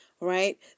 right